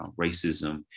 racism